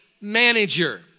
manager